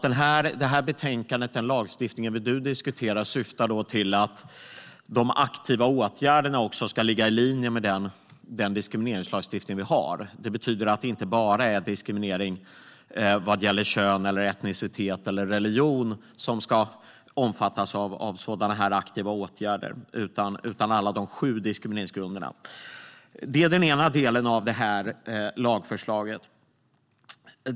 Det här betänkandet, det lagförslag som vi nu diskuterar, syftar till att de aktiva åtgärderna också ska ligga i linje med den diskrimineringslagstiftning vi har. Det betyder att det inte bara är diskriminering vad gäller kön, etnicitet eller religion som ska omfattas av aktiva åtgärder utan alla sju diskrimineringsgrunderna. Det är den ena delen av det här lagförslaget.